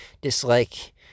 dislike